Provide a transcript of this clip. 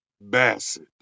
Bassett